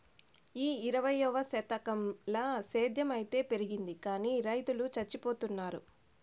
ఈ ఇరవైవ శతకంల సేద్ధం అయితే పెరిగింది గానీ రైతులు చచ్చిపోతున్నారు